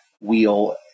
wheel